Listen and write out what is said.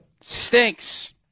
Stinks